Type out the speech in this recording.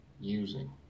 using